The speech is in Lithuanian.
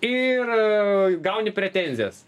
ir gauni pretenzijas